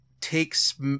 takes